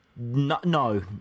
no